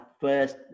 first